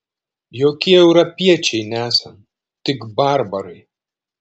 jokie europiečiai nesam tik barbarai